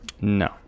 No